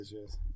yes